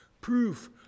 proof